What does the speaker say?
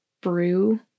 brew